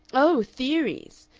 oh, theories!